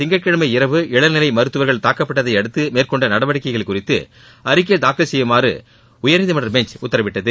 திங்கட்கிழனம இரவு இளநிலை மருத்துவர்கள் தாக்கப்பட்டதையடுத்து கடந்த மேற்கொண்ட நடவடிக்கைகள் குறித்து அறிக்கை தாக்கல் செய்யுமாறு உயர்நீதிமன்ற பெஞ்ச் உத்தரவிட்டது